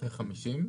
אחרי 50?